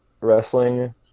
wrestling